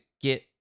get